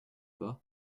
pas